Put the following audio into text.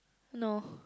no